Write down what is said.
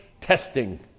testing